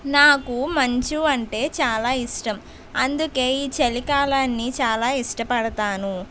నాకు మంచు అంటే చాలా ఇష్టం అందుకే ఈ చలికాలాన్ని చాలా ఇష్టపడతాను